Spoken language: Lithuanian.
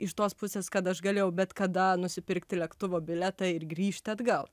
iš tos pusės kad aš galėjau bet kada nusipirkti lėktuvo bilietą ir grįžti atgal